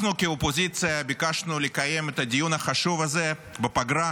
אנחנו כאופוזיציה ביקשנו לקיים את הדיון החשוב הזה בפגרה,